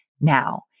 now